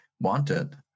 wanted